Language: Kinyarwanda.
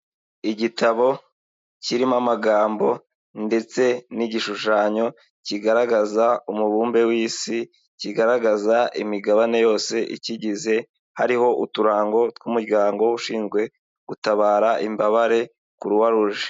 Igitabo kirimo amagambo ndetse n'igishushanyo kigaragaza umubumbe w'Isi, kigaragaza imigabane yose ikigize, hariho uturango tw'Umuryango Ushinzwe Gutabara Imbabare Croix Rouge.